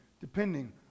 depending